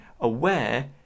aware